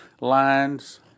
lines